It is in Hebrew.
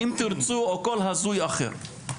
"אם תרצו" או כל הזויה אחר,